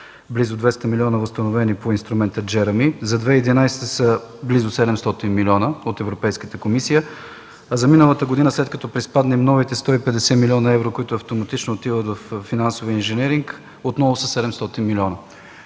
близо 200 милиона бяха възстановени по инструмента „Джереми“, за 2011 г. са близо 700 милиона от Европейската комисия, а за миналата година, след като приспаднем новите 150 млн. евро, които автоматично отиват във финансовия инженеринг, отново са 700 милиона.